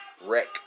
Wreck